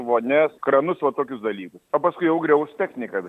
vonias kranus va tokius dalykus o paskui jau griaus technika